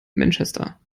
manchester